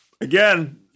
again